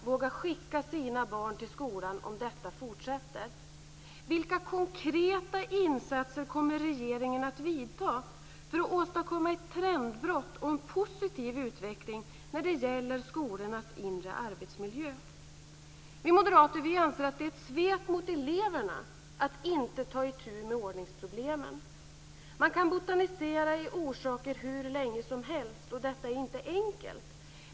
Vi moderater anser att det är ett svek mot eleverna att inte ta itu med ordningsproblemen. Man kan botanisera i orsaker hur länge som helst, och detta är inte enkelt.